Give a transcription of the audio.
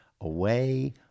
away